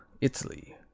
Italy